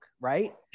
right